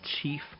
chief